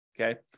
Okay